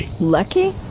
Lucky